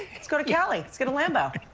let's go to cali. let's get a lambbo.